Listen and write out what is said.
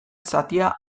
zatia